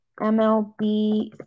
MLB